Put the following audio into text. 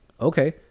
okay